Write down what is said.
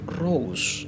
rose